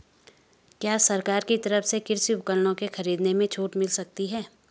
क्या सरकार की तरफ से कृषि उपकरणों के खरीदने में छूट मिलती है?